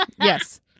Yes